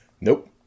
Nope